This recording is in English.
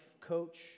coach